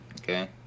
Okay